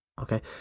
Okay